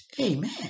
Amen